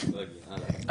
עדיין לא הגיע.